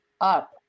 up